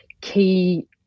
key